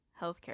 healthcare